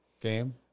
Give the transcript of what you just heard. Game